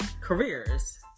careers